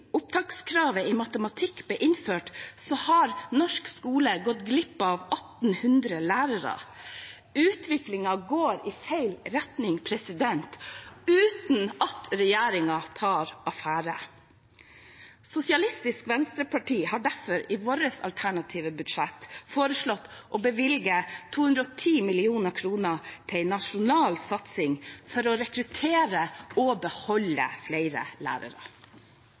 opptakskravet i matematikk ble innført, har norsk skole gått glipp av 1 800 lærere. Utviklingen går i feil retning uten at regjeringen tar affære. Sosialistisk Venstreparti har derfor i vårt alternative budsjett foreslått å bevilge 210 mill. kr til en nasjonal satsing for å rekruttere og beholde flere lærere.